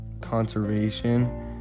Conservation